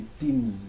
teams